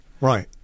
right